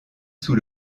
sous